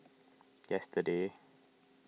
yesterday